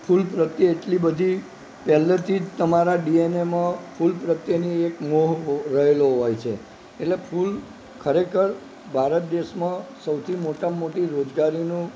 ફૂલ પ્રત્યે એટલી બધી પહેલેથી જ તમારા ડીએનએમાં ફૂલ પ્રત્યેની એક મોહ રહેલો હોય છે એટલે ફૂલ ખરેખર ભારત દેશમાં સૌથી મોટામાં મોટી રોજગારીનો